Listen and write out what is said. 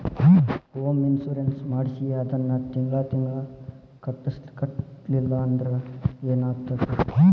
Home insurance ಮಾಡ್ಸಿ ಅದನ್ನ ತಿಂಗ್ಳಾ ತಿಂಗ್ಳಾ ಕಟ್ಲಿಲ್ಲಾಂದ್ರ ಏನಾಗ್ತದ?